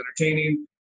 entertaining